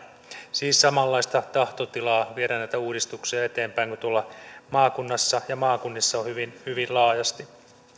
siis samanlaista tahtotilaa viedä näitä uudistuksia eteenpäin kuin tuolla maakunnissa on hyvin laajasti